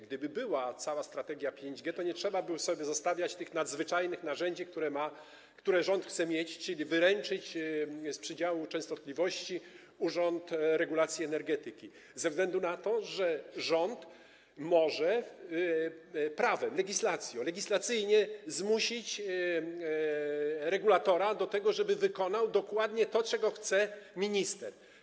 Gdyby była cała strategia 5G, to nie trzeba by było sobie zostawiać tych nadzwyczajnych narzędzi, które rząd chce mieć, czyli wyręczyć, jeśli chodzi o przydział częstotliwości, Urząd Regulacji Energetyki, ze względu na to, że rząd może prawem, legislacją, legislacyjnie zmusić regulatora do tego, żeby wykonał dokładnie to, czego chce minister.